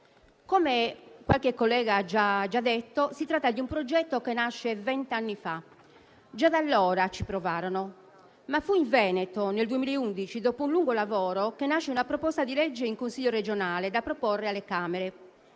Come qualche collega ha già detto, si tratta di un progetto che nasce venti anni fa. Già da allora ci provarono, ma fu in Veneto nel 2011, dopo un lungo lavoro, che nacque una proposta di legge in Consiglio regionale da proporre alle Camere.